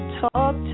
talk